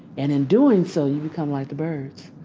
and, in doing so, you become like the birds.